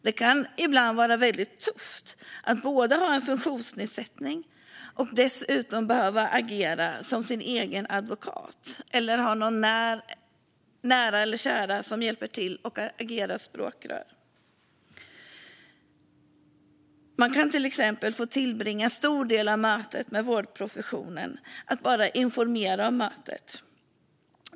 Det kan ibland vara väldigt tufft att både ha en funktionsnedsättning och dessutom behöva agera som sin egen advokat eller att ha nära och kära som hjälper till och agerar som språkrör. Man kan till exempel få tillbringa en stor del av mötet med vårdprofessionen med att bara informera om sjukdomen.